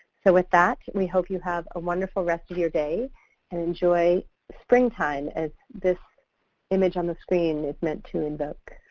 so, with that, we hope you have a wonderful rest of your day and enjoy springtime as this image on the screen is meant to invoke.